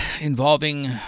involving